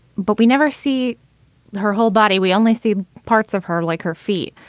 but we never see her whole body. we only see parts of her like her feet.